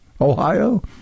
Ohio